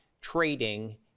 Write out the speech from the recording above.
trading